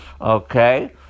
Okay